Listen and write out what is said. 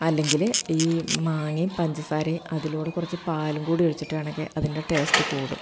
അല്ലെങ്കില് ഈ മാങ്ങയും പഞ്ചസാരയും അതിലൂടെ കുറച്ച് പാലും കൂടെ ഒഴിച്ചിട്ടാണെങ്കിൽ അതിൻ്റെ ടേസ്റ്റ് കൂടും